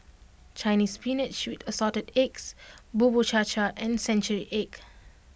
Chinese Spinach with Assorted Eggs Bubur Cha Cha and Century Egg